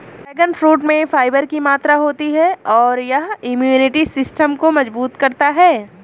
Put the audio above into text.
dragon fruit में fibre की मात्रा होती है और यह इम्यूनिटी सिस्टम को मजबूत करता है